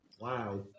Wow